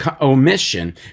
omission